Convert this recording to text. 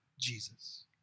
Jesus